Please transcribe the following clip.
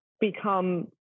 become